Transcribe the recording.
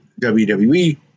WWE